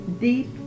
deep